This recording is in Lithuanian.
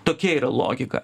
tokia yra logika